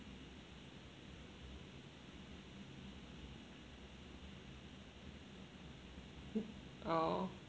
mm oh